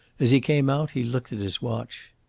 as he came out he looked at his watch.